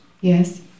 yes